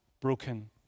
broken